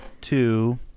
two